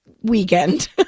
weekend